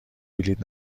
بلیط